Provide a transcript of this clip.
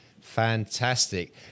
Fantastic